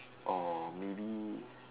or maybe